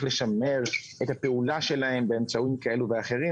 לשמר את הפעולה שלהם באמצעים כאלה ואחרים.